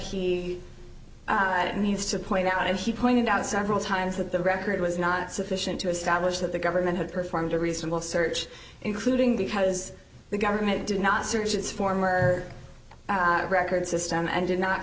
he needs to point out and he pointed out several times that the record was not sufficient to establish that the government had performed a reasonable search including because the government did not search its former records system and did not